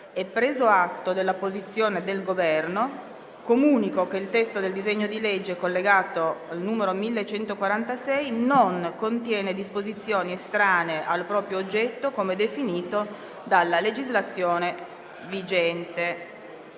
preso atto della posizione del Governo, comunico che il testo del provvedimento in questione non contiene disposizioni estranee al proprio oggetto come definito dalla legislazione vigente.